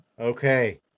Okay